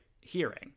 hearing